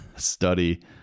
study